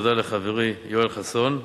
תודה לחברי יואל חסון,